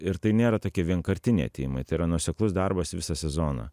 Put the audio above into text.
ir tai nėra tokie vienkartiniai atėjimai tai yra nuoseklus darbas visą sezoną